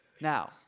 Now